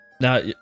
Now